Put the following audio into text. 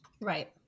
right